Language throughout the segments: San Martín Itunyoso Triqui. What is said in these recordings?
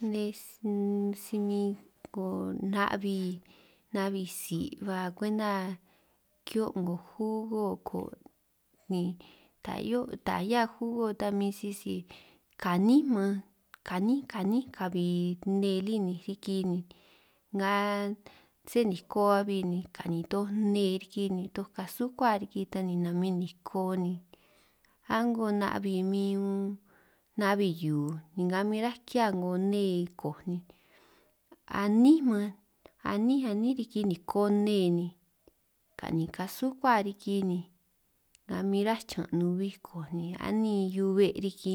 Nej ss unn si min 'ngo na'bbi na'bbi tsi' ba kwenta ki'hio' 'ngo jugo koo' ni, ta 'hio' ta 'hia jugo ta min sisi kanin man kanin kani kabi nne lí 'ninj riki ni nga sé niko abi ni ka'nin toj nnee riki ni toj kasukua riki ta ni namin niko ni, a'ngo na'bbi min unn na'bbi hiu nga min ráj ki'hia 'ngo nne kooj ni anín man anín anín riki niko nne ni, ka'nin kasukua riki ni nga min rá chiñan' nubij kooj ni a'nín hiube' riki,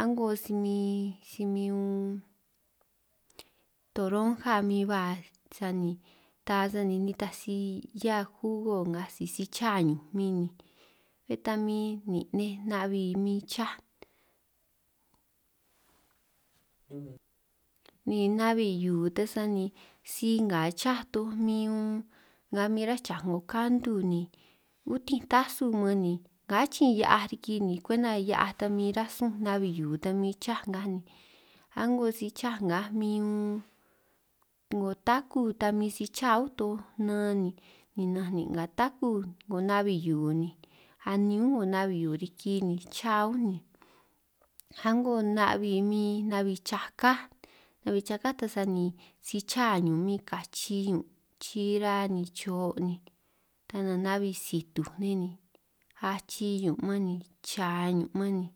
a'ngo si min si min unn toronja min ba sani ta sani nitaj si 'hiá jugo nngaj si si cha ñunj min ni bé ta min nin' nej na'bbi min chaj, ni na'bbi hiu ta sani si nga chaj toj min unn nga min ráj cha 'ngo kantu ni utin' tasun man ni kachi hia'aj riki ni kwenta hia'aj ta min ránj sun na'bbi hiu ta min cha ngaj, a'ngo si chaj ngaj min unn 'ngo taku ta min si cha únj toj nan ni ninanj nin' nga taku 'ngo na'bbi hiu ni anin únj na'bbi hiu riki ni cha únj ni, a'ngo na'bbi min na'bbi chakáj na'bbi chakáj ta sani si chá ñun min kachi ñun', chira ni cho' ni ta nanj na'bbi situj nej ni achi ñun' man ni cha ñun' man ni.